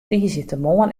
tiisdeitemoarn